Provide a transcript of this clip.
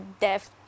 death